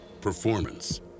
performance